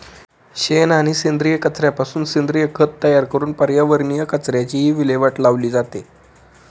शेण आणि सेंद्रिय कचऱ्यापासून सेंद्रिय खत तयार करून पर्यावरणीय कचऱ्याचीही विल्हेवाट लावली जाते